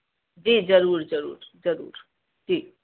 जी ज़रूरु ज़रूरु ज़रूरु जय जी